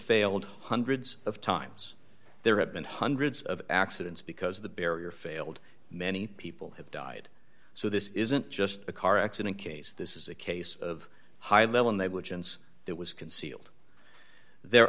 failed hundreds of times there have been hundreds of accidents because the barrier failed many people have died so this isn't just a car accident case this is a case of high level neighborhood since that was concealed there